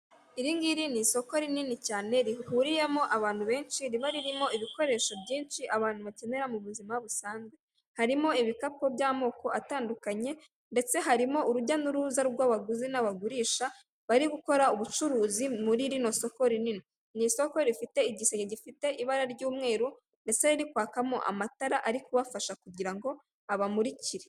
Iri ngiri ni isoko rinini cyane rihuriyemo abantu benshi riba ririmo ibikoresho byinshi abantu bakenera mu buzima busanzwe, harimo ibikapu by'amoko atandukanye ndetse harimo urujya n'uruza rw'abaguzi n'abagurisha bari gukora ubucuruzi muri rino soko rinini, ni isoko rifite igisenge gifite ibara ry'umweru ndetse riri kwakamo amatara ari kubafasha kugira ngo abamurikire.